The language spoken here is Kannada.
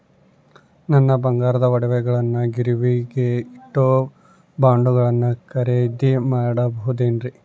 ನನ್ನ ಬಂಗಾರದ ಒಡವೆಗಳನ್ನ ಗಿರಿವಿಗೆ ಇಟ್ಟು ಬಾಂಡುಗಳನ್ನ ಖರೇದಿ ಮಾಡಬಹುದೇನ್ರಿ?